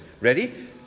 Ready